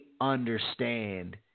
understand